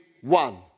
one